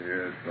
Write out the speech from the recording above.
Yes